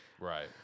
Right